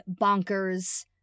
bonkers